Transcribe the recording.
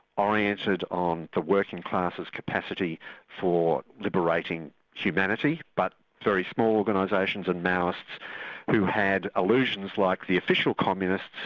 oriented on the working classes' capacity for liberating humanity, but very small organisations. and maoists who had illusions like the official communists,